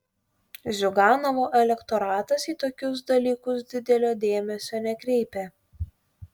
ziuganovo elektoratas į tokius dalykus didelio dėmesio nekreipia